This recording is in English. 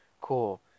cool